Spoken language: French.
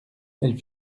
elles